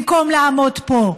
במקום לעמוד פה,